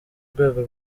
rwego